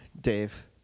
Dave